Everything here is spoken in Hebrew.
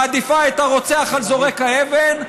מעדיפה את הרוצח על זורק האבן.